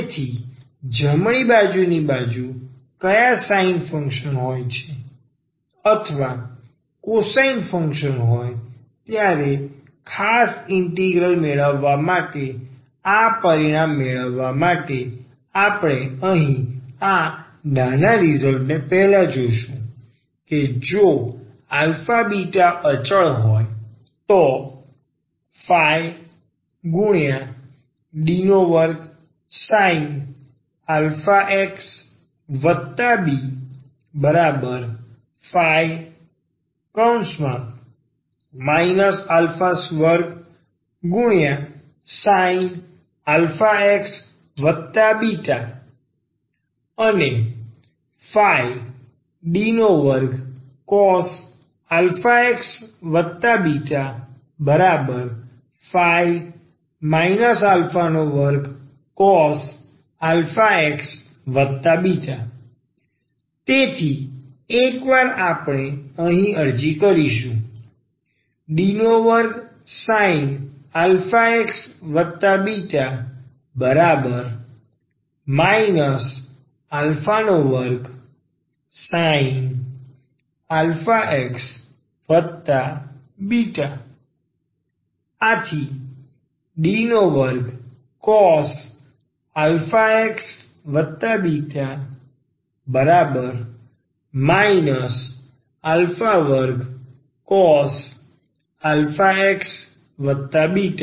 તેથી જમણી બાજુની બાજુ ક્યાં sin ફંક્શન હોય છે અથવા cosine ફંક્શન હોય ત્યારે ખાસ ઇન્ટિગ્રલ મેળવવા માટે આ પરિણામ મેળવવા માટે આપણે અહીં આ નાના રિઝલ્ટને પહેલા જોશું કે જો આલ્ફા બીટા અચળ હોય તો D2sin αxβ ϕ 2sin αxβ અને D2cos αxβ ϕ 2cos αxβ તેથી એકવાર આપણે અહીં અરજી કરીશું D2sin αxβ 2sin αxβ D2cos αxβ 2cos αxβ